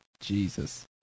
Jesus